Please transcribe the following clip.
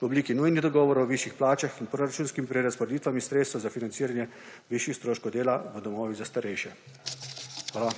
v obliki nujnih dogovorov o višjih plačah in proračunskimi prerazporeditvam sredstev za financiranje višjih stroškov dela v domovih za starejše. Hvala.